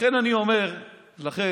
לכן אני אומר לכם,